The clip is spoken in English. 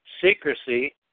secrecy